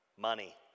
Money